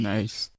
Nice